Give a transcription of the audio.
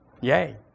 yay